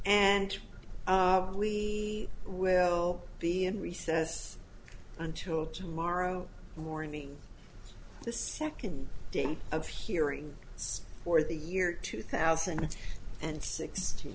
and we will be in recess until tomorrow morning the second day of hearing for the year two thousand and sixteen